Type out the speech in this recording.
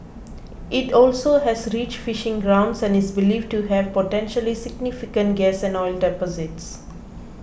it also has rich fishing grounds and is believed to have potentially significant gas and oil deposits